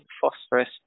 phosphorus